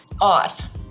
off